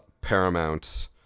Paramount